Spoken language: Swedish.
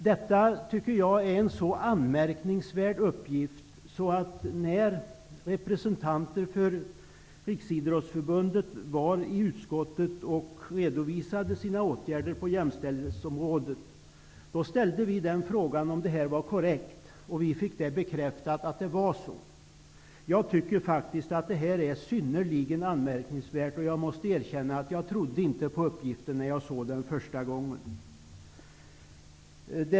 Jag tycker att detta är en anmärkningsvärd uppgift. När representanter för Riksidrottsförbundet uppvaktade utskottet och redovisade sina åtgärder på jämställdhetsområdet, ställde vi frågan om dessa uppgifter var korrekta. Vi fick bekräftat att det var så. Jag tycker att detta är synnerligen anmärkningsvärt. Jag måste erkänna att jag inte trodde på uppgiften när jag såg den första gången.